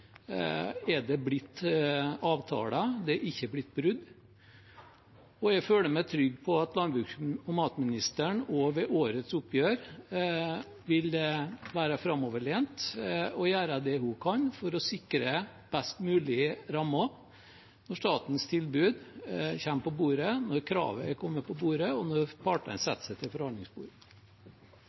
blitt avtaler, det er ikke blitt brudd. Og jeg føler meg trygg på at landbruks- og matministeren også ved årets oppgjør vil være framoverlent og gjøre det hun kan for å sikre best mulige rammer når statens tilbud kommer på bordet, når kravet er kommet på bordet, og når partene setter seg til forhandlingsbordet.